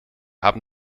haben